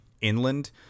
inland